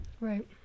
right